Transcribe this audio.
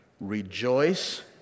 Rejoice